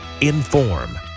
Inform